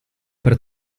per